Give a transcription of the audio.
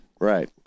Right